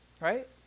right